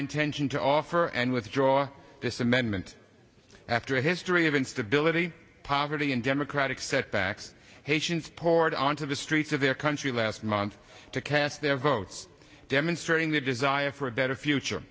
intention to offer and withdraw this amendment after a history of instability poverty and democratic setbacks haitians poured onto the streets of their country last month to cast their votes demonstrating their desire for a better future